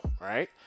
right